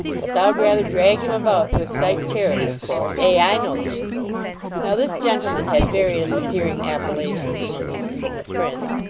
but thou'd rather drag him about to excite charity of course. ay, i know thee now, this gentleman had various endearing appellations among his intimate friends.